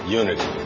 unity